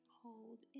hold